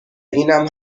اینم